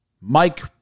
Mike